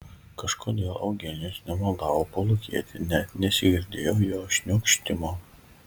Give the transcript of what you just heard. kažkodėl eugenijus nemaldavo palūkėti net nesigirdėjo jo šniokštimo